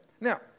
Now